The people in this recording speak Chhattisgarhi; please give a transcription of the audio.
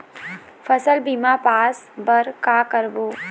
फसल बीमा पास बर का करबो?